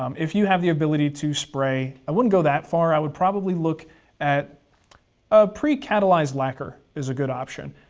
um if you have the ability to spray, i wouldn't go that far i would probably look at a pre-catalyzed lacquer is a good option.